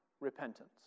repentance